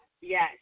yes